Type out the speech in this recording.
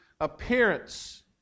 appearance